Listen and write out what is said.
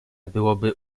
byłoby